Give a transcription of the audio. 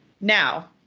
Now